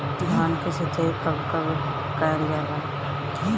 धान के सिचाई कब कब कएल जाला?